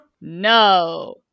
No